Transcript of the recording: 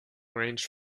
range